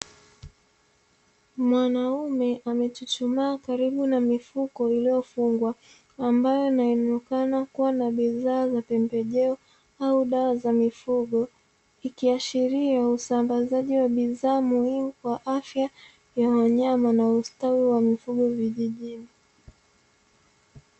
Mwanaume amechuchumaa karibu na mifuko iliyofungwa, ambayo inaonekana kuwa na bidhaa za pembejeo au dawa za mifugo. Ikiashiria usambazaji wa bidhaa muhimu wa afya ya wanyama na ustawi wa mifugo vijijini.